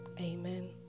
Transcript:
Amen